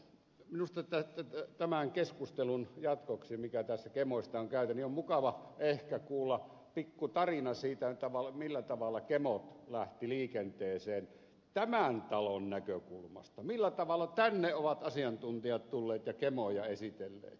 minusta tämän keskustelun jatkoksi mitä tässä gemoista on käyty on mukava ehkä kuulla pikku tarina siitä millä tavalla gemot lähtivät liikenteeseen tämän talon näkökulmasta millä tavalla tänne ovat asiantuntijat tulleet ja gemoja esitelleet